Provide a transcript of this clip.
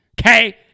okay